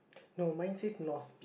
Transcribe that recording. no mine is north